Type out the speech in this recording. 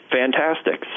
fantastic